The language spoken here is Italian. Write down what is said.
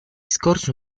scorse